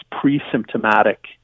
pre-symptomatic